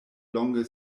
longe